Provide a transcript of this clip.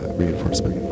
reinforcement